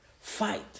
fight